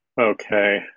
okay